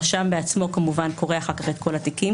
גם הרשם בעצמו כמובן קורא אחר-כך את כל התיקים,